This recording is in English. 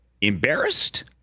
Embarrassed